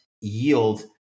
yield